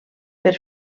per